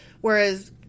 Whereas